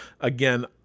Again